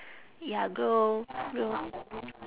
ya grow grow